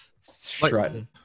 strutting